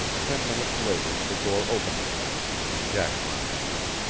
ten minutes later the door opened again and jackpine entered.